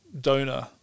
donor